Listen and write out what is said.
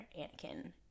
Anakin